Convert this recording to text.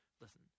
Listen